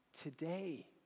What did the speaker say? today